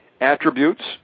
attributes